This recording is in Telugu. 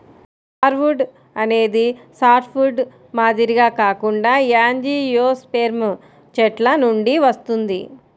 హార్డ్వుడ్ అనేది సాఫ్ట్వుడ్ మాదిరిగా కాకుండా యాంజియోస్పెర్మ్ చెట్ల నుండి వస్తుంది